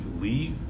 leave